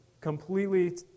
completely